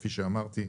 כפי שאמרתי,